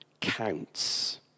counts